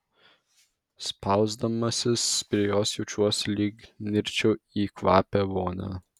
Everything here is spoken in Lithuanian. spausdamasis prie jos jaučiuosi lyg nirčiau į kvapią vonią